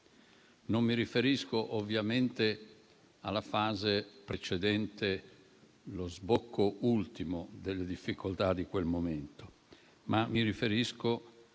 Non mi riferisco ovviamente alla fase precedente, lo sbocco ultimo delle difficoltà di quel momento, ma mi riferisco